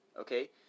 okay